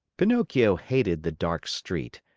pinocchio hated the dark street,